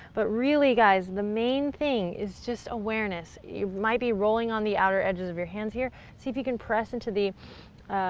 but really guys, the main thing is just awareness. you might be rolling on the outer edges of your hands here, see if you can press into the